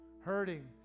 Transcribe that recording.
hurting